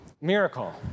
Miracle